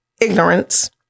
ignorance